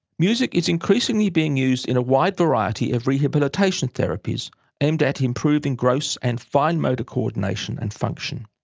music is increasingly being used in a wide variety of rehabilitation therapies aimed at improving gross and fine motor coordination and function.